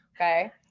okay